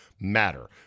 matter